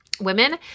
Women